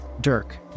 Dirk